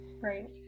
Right